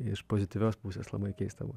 iš pozityvios pusės labai keista bus